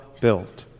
built